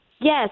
Yes